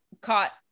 caught